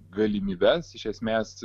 galimybes iš esmės